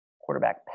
Quarterback